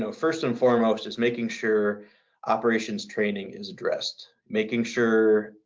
ah first and foremost, is making sure operations training is addressed, making sure